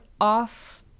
off